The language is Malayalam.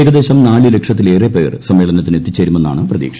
ഏകദേശം നാല് ലക്ഷത്തിലേറെ പേർ സമ്മേളനത്തിന് എത്തിച്ചേരുമെന്നാണ് പ്രതീക്ഷ